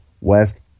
West